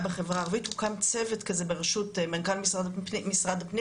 בחברה הערבית הוקם צוות בראשות מנכ"ל משרד הפנים,